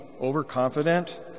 overconfident